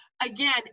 Again